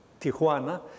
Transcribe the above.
Tijuana